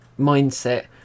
mindset